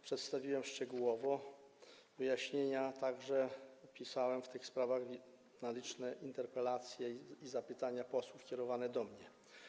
Przedstawiłem szczegółowo wyjaśnienia, także odpisałem w tych sprawach na liczne interpelacje i zapytania posłów kierowane do mnie.